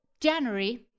January